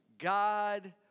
God